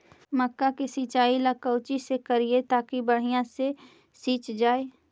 मक्का के सिंचाई ला कोची से करिए ताकी बढ़िया से सींच जाय?